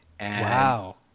Wow